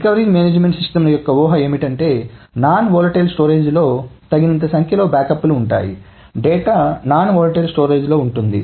recovery management సిస్టమ్ల యొక్క ఊహ ఏమిటంటేనాన్ వాలటైల్ స్టోరేజ్ లో తగినంత సంఖ్యలో బ్యాకప్లు ఉంటాయి డేటా నాన్ వాలటైల్ స్టోరేజ్ లో ఉంటుంది